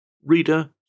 Reader